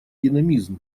динамизм